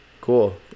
Cool